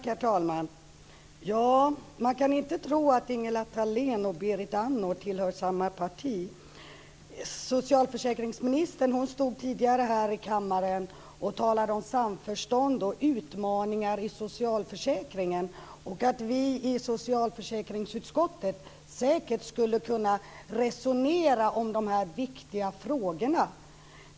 Herr talman! Man kan inte tro att Ingela Thalén och Berit Andnor tillhör samma parti. Socialförsäkringsministern stod tidigare här i kammaren och talade om samförstånd och utmaningar i socialförsäkringen, och hon sade att vi i socialförsäkringsutskottet säkert skulle kunna resonera om de här viktiga frågorna.